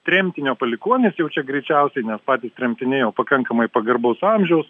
tremtinio palikuonys jau čia greičiausiai nes patys tremtiniai jau pakankamai pagarbaus amžiaus